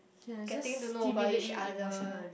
getting to know about each other